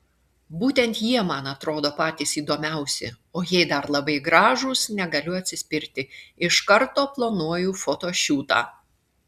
būtent jie man atrodo patys įdomiausi o jei dar labai gražūs negaliu atsispirti iš karto planuoju fotošiūtą